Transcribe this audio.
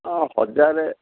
ହଁ ହଜାରେ